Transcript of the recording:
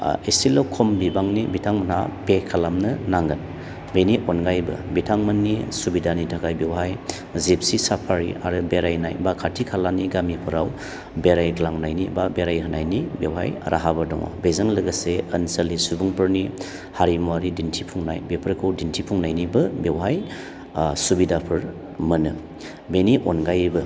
एसेल' खम बिबांनि बिथांमोना पे खालामनो नांगोन बेनि अनगायैबो बिथांमोननि सुबिदानि थाखाय बेवहाय जिपसि साफारि आरो बेरायनाय बा खाथि खालानि गामिफोराव बेरायग्लांनायनि बा बेराय होनायनि बेवहाय राहाबो दङ बेजों लोगोसे ओनसोलनि सुबुंफोरनि हारिमुवारि दिन्थिफुंनाय बेफोरखौ दिन्थिफुंनायनिबो बेवहाय सुबिदाफोर मोनो बेनि अनगायैबो